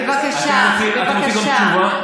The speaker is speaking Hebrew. בבקשה, בבקשה.